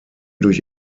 durch